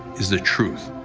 is the truth.